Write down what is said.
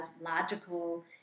logical